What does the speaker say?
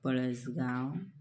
Palasgaon